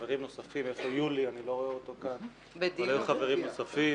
יולי וחברים נוספים